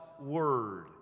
word